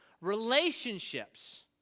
Relationships